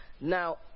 Now